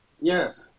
Yes